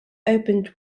opened